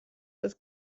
dass